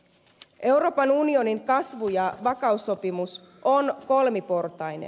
euroopan unionin kasvu ja vakaussopimus on kolmiportainen